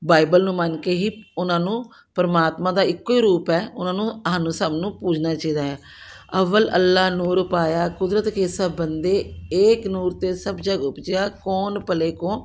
Bible ਨੂੰ ਮੰਨ ਕੇ ਹੀ ਉਹਨਾਂ ਨੂੰ ਪਰਮਾਤਮਾ ਦਾ ਇੱਕੋ ਹੀ ਰੂਪ ਹੈ ਉਹਨਾਂ ਨੂੰ ਸਾਨੂੰ ਸਭ ਨੂੰ ਪੂਜਣਾ ਚਾਹੀਦਾ ਹੈ ਅਵਲਿ ਅਲਹ ਨੂਰੁ ਉਪਾਇਆ ਕੁਦਰਤਿ ਕੇ ਸਭ ਬੰਦੇ ਏਕ ਨੂਰ ਤੇ ਸਭੁ ਜਗੁ ਉਪਜਿਆ ਕਉਨ ਭਲੇ ਕੋ